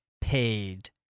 paid